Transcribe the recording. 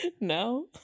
No